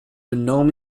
النوم